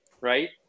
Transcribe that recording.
right